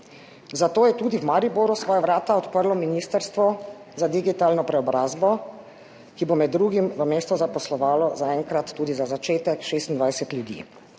zato je v Mariboru svoja vrata odprlo tudi Ministrstvo za digitalno preobrazbo, ki bo med drugim v mestu zaposlovalo zaenkrat, za začetek, 26 ljudi.